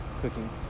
cooking